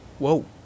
Whoa